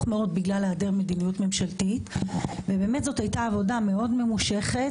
מאוד בגלל העדר מדיניות ממשלתית וזאת הייתה עבודה מאוד ממושכת,